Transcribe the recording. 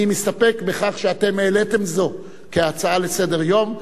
אני מסתפק בכך שאתם העליתם זאת כהצעה לסדר-יום.